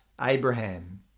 Abraham